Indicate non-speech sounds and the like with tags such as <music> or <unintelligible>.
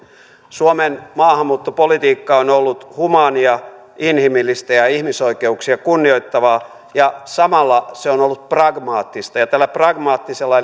suomen maahanmuuttopolitiikka on ollut humaania inhimillistä ja ihmisoikeuksia kunnioittavaa ja samalla se on ollut pragmaattista tällä pragmaattisella <unintelligible>